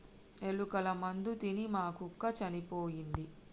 ఎలుకల మందు తిని మా కుక్క చనిపోయింది